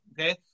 Okay